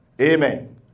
Amen